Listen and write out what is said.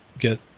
get